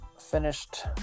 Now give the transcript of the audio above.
finished